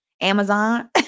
Amazon